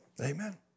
Amen